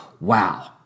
wow